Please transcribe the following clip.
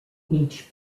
each